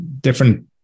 different